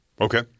Okay